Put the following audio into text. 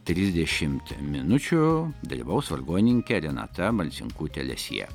trisdešimt minučių dalyvaus vargonininkė renata marcinkutė lesjė